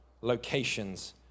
locations